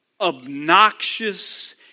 obnoxious